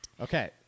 Okay